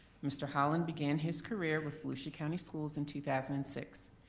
mr. holland began his career with volusia county schools in two thousand and six.